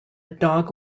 dog